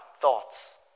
thoughts